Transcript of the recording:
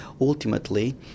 ultimately